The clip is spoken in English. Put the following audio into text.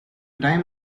time